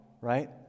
right